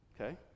Okay